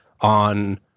on